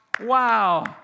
Wow